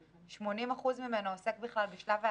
80% מהחוק עוסקים בכלל בשלב ההיערכות,